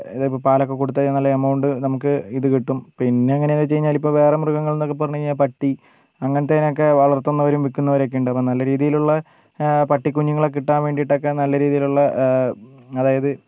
ഇതിപ്പോൾ പാലൊക്കെ കൊടുത്താൽ നല്ല എമൗണ്ട് നമുക്ക് ഇത് കിട്ടും പിന്നെ എങ്ങനെയാന്നു വെച്ചുകഴിഞ്ഞാൽ ഇപ്പം വേറെ മൃഗങ്ങൾന്നൊക്കെ പറഞ്ഞു കഴിഞ്ഞാൽ പട്ടി അങ്ങനത്തേനെയൊക്കെ വളർത്തുന്നവരും വിൽക്കുന്നവരും ഒക്കെ ഉണ്ട് അപ്പം നല്ല രീതിയിലുള്ള പട്ടി കുഞ്ഞുങ്ങളെ കിട്ടാൻ വേണ്ടീട്ടൊക്കെ നല്ല രീതിയിലുള്ള അതായത്